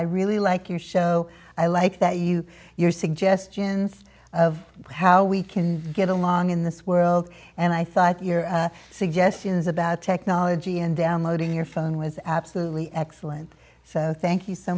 i really like you show i like that you your suggestions of how we can get along in this world and i thought your suggestions about technology and downloading your phone was absolutely excellent so thank you so